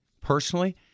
personally